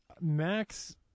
Max